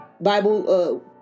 Bible